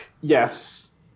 Yes